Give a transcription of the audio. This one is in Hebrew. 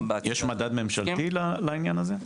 יש מדד ממשלתי לעניין הזה?